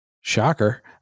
shocker